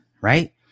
right